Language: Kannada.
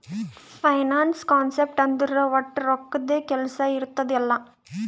ಫೈನಾನ್ಸ್ ಕಾನ್ಸೆಪ್ಟ್ ಅಂದುರ್ ವಟ್ ರೊಕ್ಕದ್ದೇ ಕೆಲ್ಸಾ ಇರ್ತುದ್ ಎಲ್ಲಾ